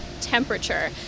temperature